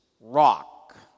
rock